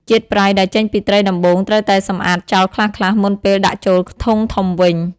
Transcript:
ជាតិប្រៃ ដែលចេញពីត្រីដំបូងត្រូវតែសម្អាតចោលខ្លះៗមុនពេលដាក់ចូលធុងធំវិញ។